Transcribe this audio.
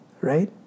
right